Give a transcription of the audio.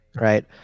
right